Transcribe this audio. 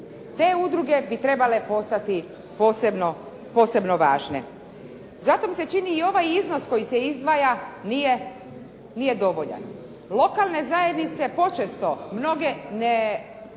Te udruge bi trebale postati posebno važne. Zato mi se čini i ovaj iznos koji se izdvaja nije dovoljan. Lokalne zajednice počesto mnoge ne